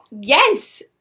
Yes